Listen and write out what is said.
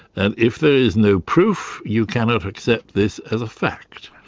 and if there is no proof, you cannot accept this as a fact.